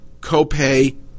copay